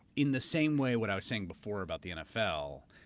in the same way what i was saying before about the nfl,